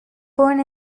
born